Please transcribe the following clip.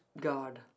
God